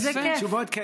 איזה כיף.